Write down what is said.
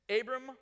Abram